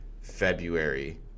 February